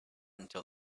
until